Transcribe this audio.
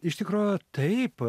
iš tikro taip